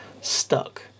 stuck